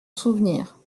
souvenir